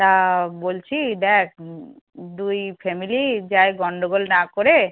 তা বলছি দেখ দুই ফ্যামিলি যাই গন্ডগোল না করে